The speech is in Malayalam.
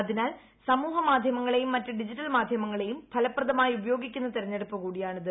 അതിനാൽ സമൂഹ മാധ്യമങ്ങളെയും മറ്റ് ഡിജിറ്റൽ മാധ്യമങ്ങളെയും ഫലപ്രദമായി ഉപയോഗിക്കുന്ന തിരഞ്ഞെടുപ്പ് കൂടിയാണിത്